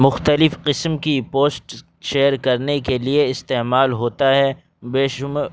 مختلف قسم کی پوسٹ شیئر کرنے کے لیے استعمال ہوتا ہے بے شما